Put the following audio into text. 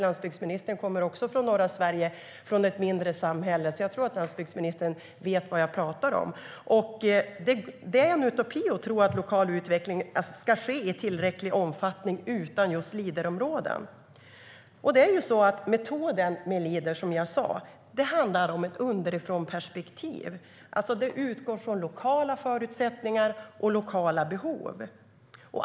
Landsbygdsministern kommer också från norra Sverige och från ett mindre samhälle, så jag tror att han vet vad jag pratar om. Det är en utopi att tro att lokal utveckling ska se i tillräcklig omfattning utan just Leaderområden. Som jag sa har Leadermetoden ett underifrånperspektiv. Den utgår alltså från lokala förutsättningar och lokala behov.